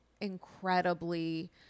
incredibly